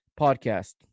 podcast